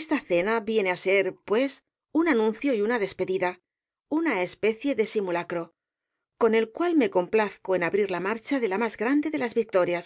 esta cena viene á ser pues un anuncio y una despedida una especie de simulacro con el cual me complazco en abrir la marcha de la más grande de las victorias